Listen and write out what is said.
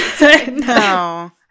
No